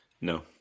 no